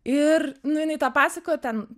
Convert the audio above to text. ir nu jinai tą pasakojo ten